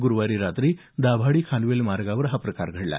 गुरुवारी रात्री दाभाडी खानवेल मार्गावर हा प्रकार घडला